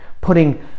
putting